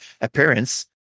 appearance